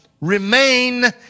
remain